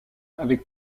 avec